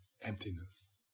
emptiness